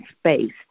space